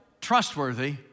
trustworthy